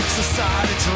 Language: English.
society